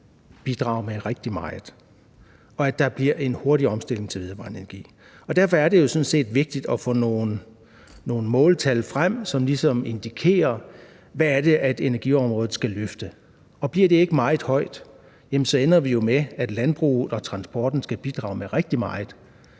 bidrager med rigtig meget, og at det bliver en hurtig omstillingen til vedvarende energi. Derfor er det sådan set vigtigt at få nogle måltal frem, som ligesom indikerer, hvad energiområdet skal løfte, og bliver det ikke meget højt, ender vi jo med, at landbruget og transportsektoren skal bidrage med rigtig meget.